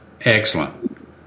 excellent